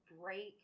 break